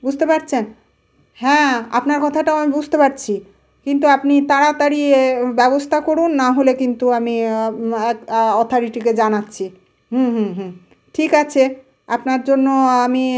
বুঝতে পারছেন হ্যাঁ আপনার কথাটাও আমি বুঝতে পারছি কিন্তু আপনি তাড়াতাড়ি ব্যবস্থা করুন নাহলে কিন্তু আমি অথোরিটিকে জানাচ্ছি হুম হুম হুম ঠিক আছে আপনার জন্য আমি